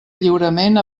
lliurement